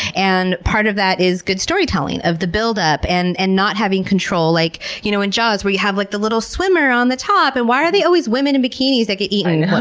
and part of that is good storytelling of the buildup and and not having control. like you know in jaws where you have like the little swimmer on the top, and why are they always women in bikinis that get eaten?